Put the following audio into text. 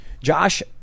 Josh